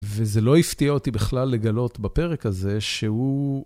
וזה לא הפתיע אותי בכלל לגלות בפרק הזה שהוא...